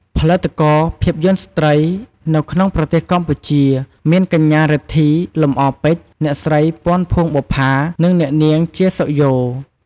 ផលិតករភាពយន្តស្ត្រីនៅក្នុងប្រទេសកម្ពុជាមាន កញ្ញា រិទ្ធី លំអរពេជ្រ អ្នកស្រី ពាន់ ភួងបុប្ផា និងអ្នកនាង ជា សុខយ៉ូ ។